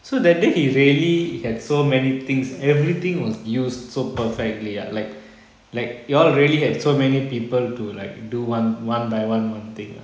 so that day he really had so many things everything was used so perfectly ah like like you all really had so many people to like do one one by one one thing ah